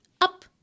up